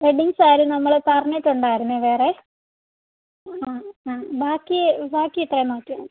wedding sari നമ്മൾ പറഞ്ഞിട്ടുണ്ടായിരുന്നേ വേറെ ആ ആ ബാക്കി ബാക്കി എത്രയാണ് നോക്കിയോ